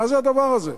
מה זה הדבר הזה?